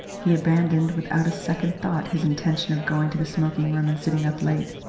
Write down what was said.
he abandoned without a second thought his intention of going to the smoking-room and sitting up late.